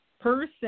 person